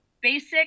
basic